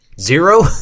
Zero